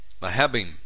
Mahabim